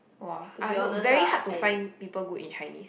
!wah! uh no very hard to find people good in Chinese